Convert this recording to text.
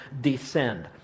descend